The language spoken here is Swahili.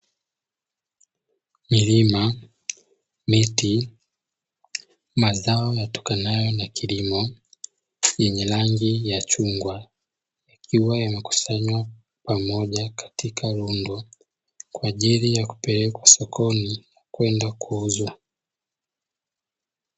Milima, miti, mazao yatokanayo na kilimo yenye rangi ya chungwa yakiwa yamekusanywa pamoja katika rundo kwa ajili ya kupelekwa sokoni kwenda kuuzwa.